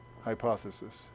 hypothesis